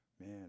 Man